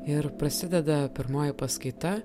ir prasideda pirmoji paskaita